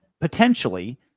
potentially